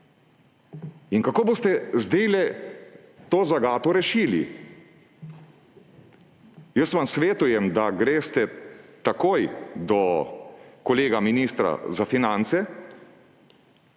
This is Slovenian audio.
In kako boste zdajle to zagato rešili? Jaz vam svetujem, da greste takoj do kolega ministra za finance